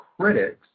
critics